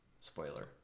Spoiler